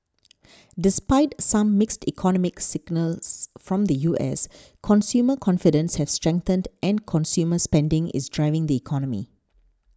despite some mixed economic signals from the U S consumer confidence has strengthened and consumer spending is driving the economy